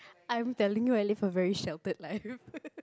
I'm telling you I live a very sheltered life